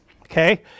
okay